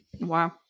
Wow